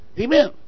Amen